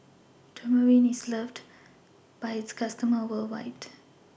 Dermaveen IS loved By its customers worldwide